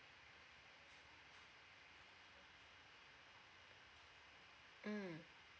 mm